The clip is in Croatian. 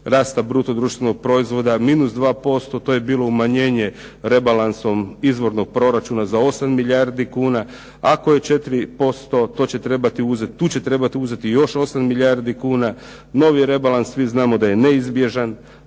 rasta bruto društvenog proizvoda -2%. To je bilo umanjenje rebalansom izvornog proračuna za 8 milijardi kuna. Ako je 4%, to će trebati uzeti, tu će trebati uzeti još 8 milijardi kuna, novi rebalans, svi znamo da je neizbježan.